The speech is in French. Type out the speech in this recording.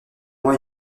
mois